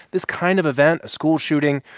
this kind of event, a school shooting,